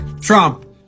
Trump